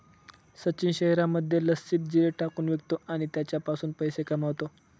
सचिन शहरामध्ये लस्सीत जिरे टाकून विकतो आणि त्याच्यापासून पैसे कमावतो